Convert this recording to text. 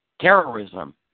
Terrorism